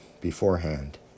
beforehand